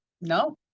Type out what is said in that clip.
no